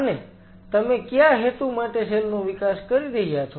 અને તમે કયા હેતુ માટે સેલ નો વિકાસ રહ્યા છો